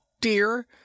dear